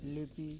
ᱞᱤᱯᱤ